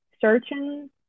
searching